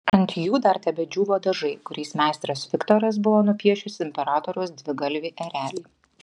ant jų dar tebedžiūvo dažai kuriais meistras viktoras buvo nupiešęs imperatoriaus dvigalvį erelį